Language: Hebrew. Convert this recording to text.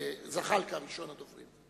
זחאלקה ראשון הדוברים.